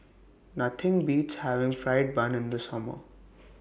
Nothing Beats having Fried Bun in The Summer